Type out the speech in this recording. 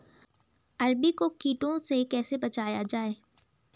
अरबी को कीटों से कैसे बचाया जाए?